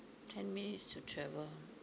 ten minutes to travel